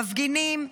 מפגינים,